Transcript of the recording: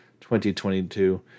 2022